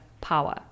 power